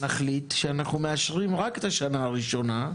נחליט שאנחנו מאשרים רק את השנה הראשונה,